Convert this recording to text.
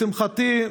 לשמחתי,